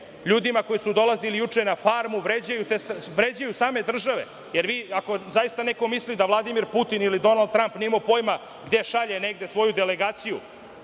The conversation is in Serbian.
ljudima koji su dolazili juče na farmu, vređaju same države, jer ako zaista neko misli da Vladimir Putin ili Donald Tramp nije imao pojma gde šalje negde svoju delegaciju,